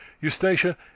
Eustacia